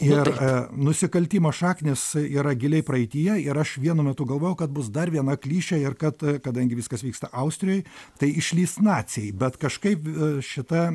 ir nusikaltimo šaknys yra giliai praeityje ir aš vienu metu galvojau kad bus dar viena klišė ir kad kadangi viskas vyksta austrijoj tai išlįs naciai bet kažkaip šita